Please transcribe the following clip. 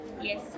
yes